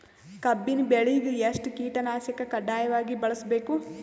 ಕಬ್ಬಿನ್ ಬೆಳಿಗ ಎಷ್ಟ ಕೀಟನಾಶಕ ಕಡ್ಡಾಯವಾಗಿ ಬಳಸಬೇಕು?